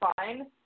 fine